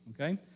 okay